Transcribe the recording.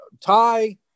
Ty